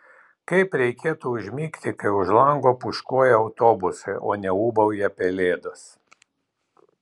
kaip reikėtų užmigti kai už lango pūškuoja autobusai o ne ūbauja pelėdos